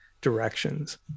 directions